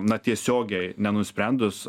na tiesiogiai nenusprendus